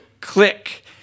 click